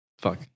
fuck